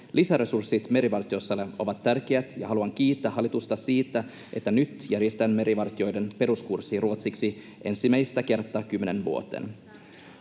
Lisäresurssit merivartiostossa ovat tärkeät. Ja haluan kiittää hallitusta siitä, että nyt järjestetään merivartijoiden peruskurssi ruotsiksi ensimmäistä kertaa kymmeneen vuoteen.